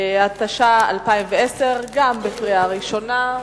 התש"ע 2010, גם לקריאה ראשונה.